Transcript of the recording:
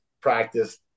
practice